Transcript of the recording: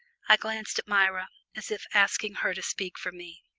i glanced at myra, as if asking her to speak for me.